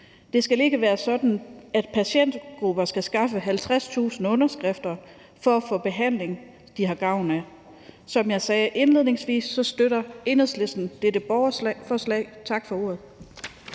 Det skal ikke være sådan, at patientgrupper skal skaffe 50.000 underskrifter for at få behandling, de har gavn af. Som jeg sagde indledningsvis, støtter Enhedslisten dette borgerforslag. Tak for ordet.